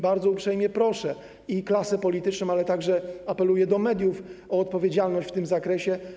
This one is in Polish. Bardzo uprzejmie proszę klasę polityczną, ale także apeluję do mediów o odpowiedzialność w tym zakresie.